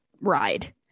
ride